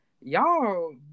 Y'all